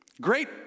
Great